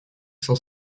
cent